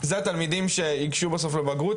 זה התלמידים שייגשו בסוף לבגרות.